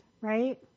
right